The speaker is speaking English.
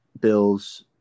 Bills